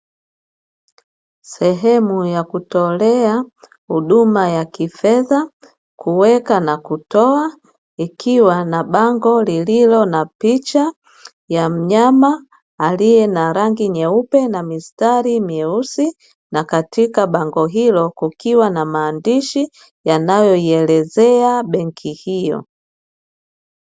Sehemu ya kutolea huduma ya kifedha kuweka na kutoa ikiwa na bongo lililo na picha ya mnyama aliye na rangi nyeupe na mistari meusi, na katika bango ilo kukiwa na maandishi yanayoielezea benki hiyo.